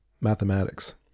mathematics